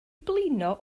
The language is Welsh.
blino